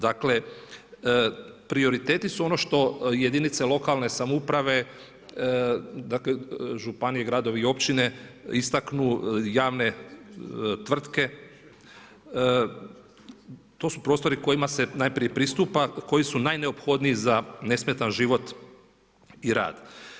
Dakle, prioriteti su ono što jedinice lokalne samouprave, županije, gradovi i općine istaknu, javne tvrtke, to su prostori kojima se najprije pristupa, koji su najneophodniji za nesmetan život i rad.